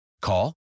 Call